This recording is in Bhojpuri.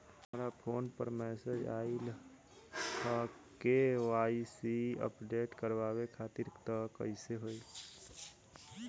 हमरा फोन पर मैसेज आइलह के.वाइ.सी अपडेट करवावे खातिर त कइसे होई?